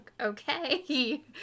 okay